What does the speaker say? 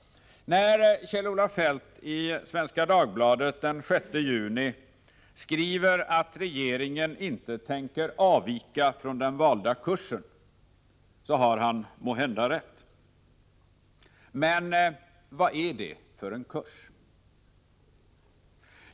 När Kjell-Olof Feldt i Svenska Dagbladet den 6 juni skriver att regeringen inte tänker avvika från den valda kursen har han måhända rätt. Men vad är det för en kurs?